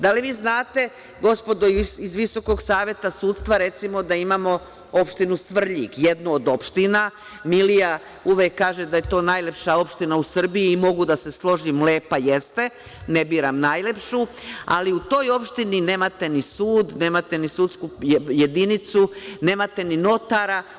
Da li vi znate, gospodo iz Visokog saveta sudstva, recimo, da imamo opštinu Svrljig, jednu od opština, Milija uvek kaže da je to najlepša opština u Srbiji i mogu da se složim, lepa jeste, ne biram najlepšu, ali u toj opštini nemate ni sud, nemate ni sudsku jedinicu, nemate ni notara.